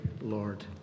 Lord